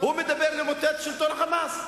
הוא מדבר על למוטט את שלטון ה"חמאס".